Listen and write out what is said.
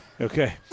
okay